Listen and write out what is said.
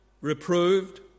reproved